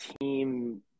team